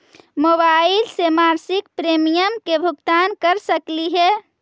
Mobile से मासिक premium के भुगतान कर सकली हे?